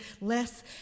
less